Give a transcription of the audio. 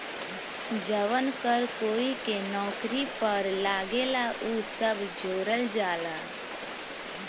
जवन कर कोई के नौकरी पर लागेला उ सब जोड़ल जाला